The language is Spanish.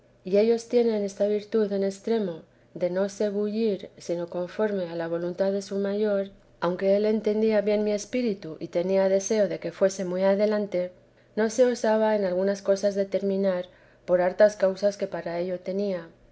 y ellos tienen esta virtud en extremo de no se bullir sino conforme a la voluntad de su mayor aunque él entendía bien mi espíritu y tenía deseo de que fuese muy adelante no se osaba en algunas cosas determinar por hartas causas que para ello tenía